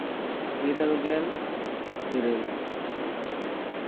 ᱤᱨᱟᱹᱞ ᱜᱮᱞ ᱤᱨᱟᱹᱞ